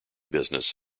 business